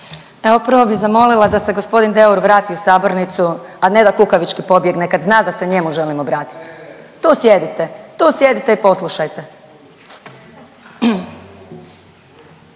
Evo prvo bih zamolila da se gospodin Deur vrati u sabornicu, a ne da kukavički pobjegne kada zna da se njemu želim obratiti. Tu sjedite, tu sjedite i poslušajte.